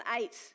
eight